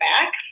back